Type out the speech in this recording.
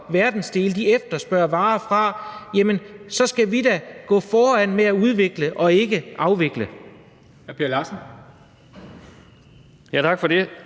verdensdele efterspørger varer fra, så skal vi da gå foran med at udvikle og ikke afvikle.